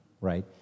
right